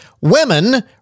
women